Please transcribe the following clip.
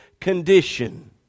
condition